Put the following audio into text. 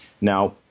Now